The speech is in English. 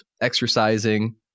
Exercising